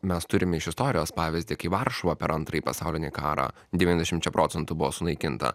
mes turime iš istorijos pavyzdį kai varšuva per antrąjį pasaulinį karą devyniasdešimčia procentų buvo sunaikinta